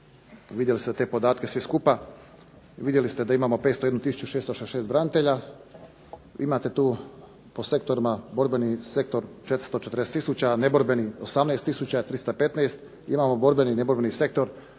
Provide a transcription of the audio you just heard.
Vidjeli ste te podatke svi skupa i vidjeli ste da imamo 501666 branitelja. Imate tu po sektorima borbeni sektor 440000 a neborbeni 18315. Imamo borbeni i neborbeni sektor.